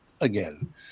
again